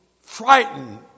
frightened